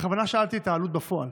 בכוונה שאלתי על העלות בפועל,